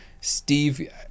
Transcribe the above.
steve